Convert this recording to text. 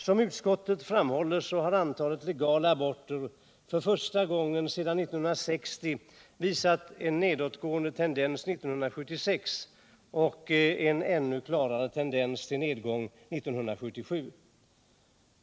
Som utskottet framhåller har antalet legala aborter för första gången sedan 1960 visat en nedgående tendens 1976 och en ännu klarare tendens till nedgång 1977.